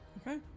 okay